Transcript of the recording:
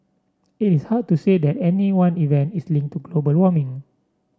it is hard to say that any one event is linked to global warming